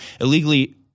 illegally